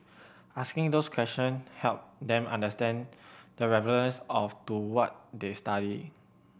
asking those question helped them understand the relevance of to what they study